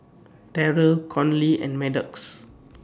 Terrell Conley and Maddox